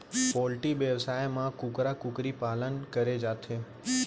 poultry बेवसाय म कुकरा कुकरी पालन करे जाथे